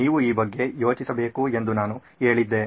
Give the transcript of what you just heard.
ನೀವು ಈ ಬಗ್ಗೆ ಯೋಚಿಸಬೇಕು ಎಂದು ನಾನು ಹೇಳಿದ್ದೆ